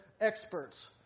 experts